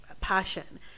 passion